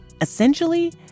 Essentially